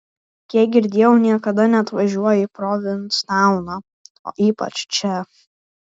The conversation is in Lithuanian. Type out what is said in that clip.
kiek girdėjau niekada neatvažiuoji į provinstauną o ypač čia